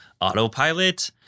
autopilot